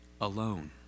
alone